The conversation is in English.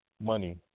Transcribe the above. money